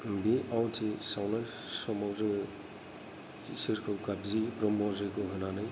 बे आवाथि सावनाय समाव जोङो इसोरखौ गाबज्रियो ब्रह्म जयग' होनानै